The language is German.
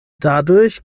dadurch